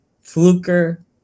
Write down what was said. Fluker